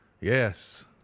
yes